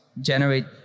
generate